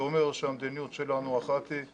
זה אומר שהמדיניות שלנו אחת היא,